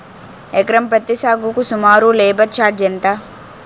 ఎకరం పత్తి సాగుకు సుమారు లేబర్ ఛార్జ్ ఎంత?